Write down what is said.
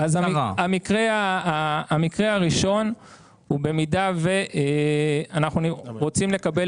המקרה הראשון הוא במידה ואנחנו רוצים לקבל